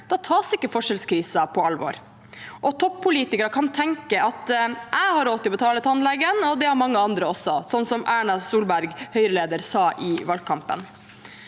tas ikke forskjellskrisen på alvor. Toppolitikere kan tenke at de har råd til å betale tannlegen, og at det har mange andre også, som Høyreleder Erna Solberg sa i valgkampen.